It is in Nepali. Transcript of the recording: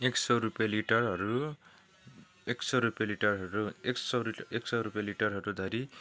एक सय रुपियाँ लिटरहरू एक सय रुपियाँ लिटरहरू एक सय लिटर एक सय रुपियाँ लिटरहरू धरि